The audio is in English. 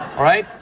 right?